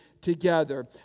together